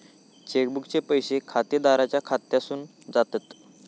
check बुकचे पैशे खातेदाराच्या खात्यासून जातत